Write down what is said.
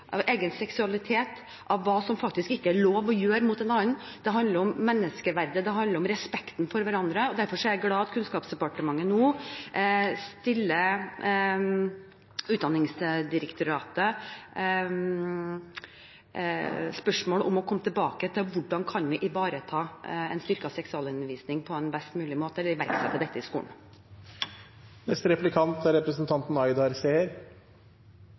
av grensesetting, av egen seksualitet og av hva som faktisk ikke er lov å gjøre mot en annen. Det handler om menneskeverdet. Det handler om respekten for hverandre. Derfor er jeg glad for at Kunnskapsdepartementet nå stiller Utdanningsdirektoratet spørsmål om å komme tilbake til hvordan vi kan ivareta en styrket seksualundervisning på en best mulig måte, og iverksette dette i